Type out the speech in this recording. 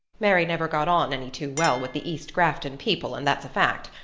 mary never got on any too well with the east grafton people and that's a fact.